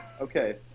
Okay